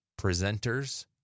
presenters